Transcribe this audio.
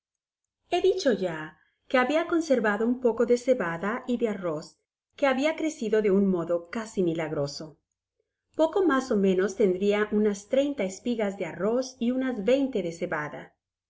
he dicho ya que babia conservado un poco de cebada y de arroz que habia crecido de un modo casi milagroso poco mas ó menos tendria unas treinta espigas de arroz y unas veinte de cebada